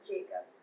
Jacob